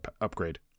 upgrade